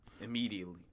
Immediately